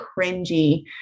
cringy